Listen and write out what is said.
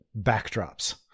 backdrops